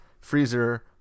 Freezer